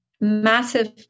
massive